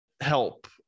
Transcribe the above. help